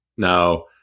Now